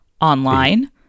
online